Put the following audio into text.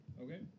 Okay